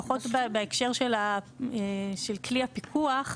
לפחות בהקשר של כלי הפיקוח,